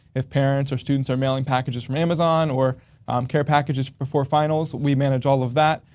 if parents or students are mailing packages from amazon or care packages before finals, we manage all of that.